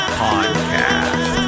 podcast